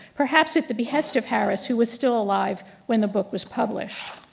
perhaps at the behest of harris, who was still alive when the book was published.